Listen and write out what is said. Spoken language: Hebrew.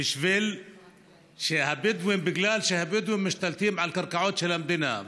בגלל שהבדואים משתלטים על קרקעות של המדינה.